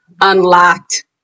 unlocked